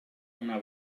una